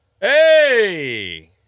Hey